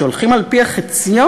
כשהולכים על-פי החציון,